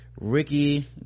ricky